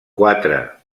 quatre